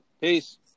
peace